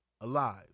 alive